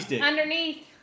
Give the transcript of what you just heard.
Underneath